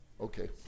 Okay